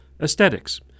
Aesthetics